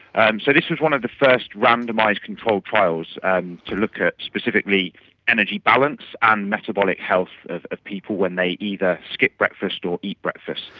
and so this was one of the first randomised controlled trials and to look at specifically energy balance and metabolic health of of people when they either skip breakfast breakfast or eat breakfast.